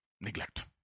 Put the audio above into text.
neglect